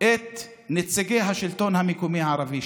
את נציגי השלטון המקומי הערבי,